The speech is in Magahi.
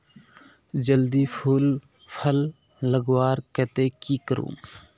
जल्दी फूल फल लगवार केते की करूम?